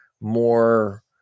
more